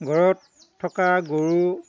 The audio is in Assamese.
ঘৰত থকা গৰু